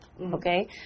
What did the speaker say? Okay